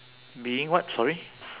being what sorry